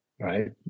Right